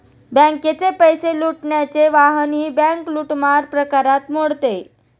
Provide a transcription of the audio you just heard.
बँकेचे पैसे लुटण्याचे वाहनही बँक लूटमार प्रकारात मोडते